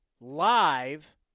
live